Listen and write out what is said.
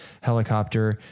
helicopter